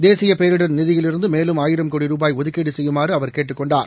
தேசியபேரிடர் நிதியிலிருந்தமேலும் ஆயிரம் கோடி ரூபாய் ஒதுக்கீடுசெய்யுமாறுகேட்டுக் கொண்டார்